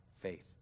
faith